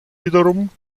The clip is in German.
wiederum